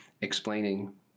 explaining